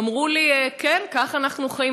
אמרו לי: כן, כך אנחנו חיים.